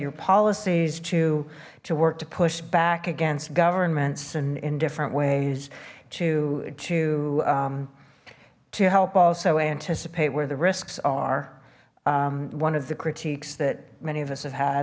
your policies to to work to push back against governments and in different ways to to to help also anticipate where the risks are one of the critiques that many of us have had